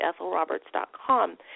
ethelroberts.com